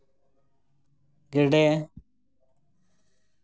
ᱜᱮᱰᱮ